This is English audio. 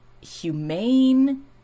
humane